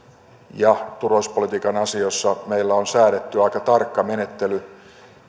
ja turvallisuuspolitiikan asioissa meillä on säädetty aika tarkka menettely